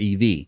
EV